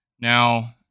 Now